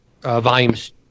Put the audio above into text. volumes